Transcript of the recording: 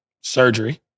surgery